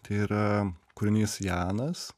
tai yra kūrinys janas